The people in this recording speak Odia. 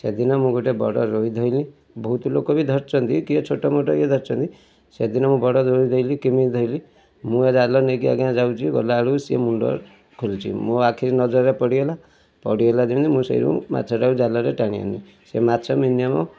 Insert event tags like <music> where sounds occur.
ସେଦିନ ମୁଁ ଗୋଟେ ବଡ଼ ରୋହି ଧଇଲି ବହୁତ ଲୋକ ବି ଧରିଛନ୍ତି କିଏ ଛୋଟମୋଟ ଇଏ ଧରିଛନ୍ତି ସେଦିନ ମୁଁ ବଡ଼ <unintelligible> ଧଇଲି କେମିତି ଧଇଲି ମୁଁ ଜାଲ ନେଇକି ଆଜ୍ଞା ଯାଉଛି ଗଲାବେଳକୁ ସିଏ ମୁଣ୍ଡ ଖୋଲିଛି ମୋ ଆଖି ନଜରରେ ପଡ଼ିଗଲା ପଡ଼ିଗଲା ଯେମିତି ମୁଁ ସେଇଠୁ ମାଛଟାକୁ ଜାଲରେ ଟାଣି ଆଣିଲି ସେ ମାଛ ମିନିମମ୍